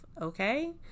okay